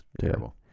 terrible